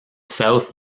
south